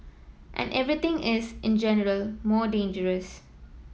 and everything is in general more dangerous